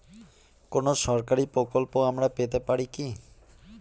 কোন সরকারি প্রকল্প আমরা পেতে পারি কি?